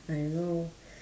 I know